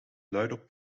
luidop